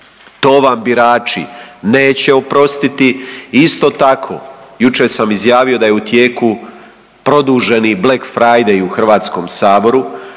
to vam birači neće oprostiti. Isto tako jučer sam izjavio da je u tijeku produženi black friday u HS-u kojem